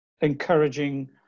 encouraging